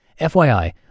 FYI